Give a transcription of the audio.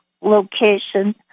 location